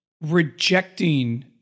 rejecting